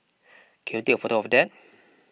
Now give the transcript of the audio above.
can you take a photo of that